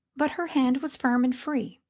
but her hand was firm and free.